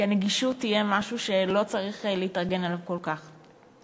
כי הנגישות תהיה משהו שלא צריך להתארגן אליו כל כך.